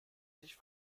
sich